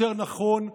יותר נכון.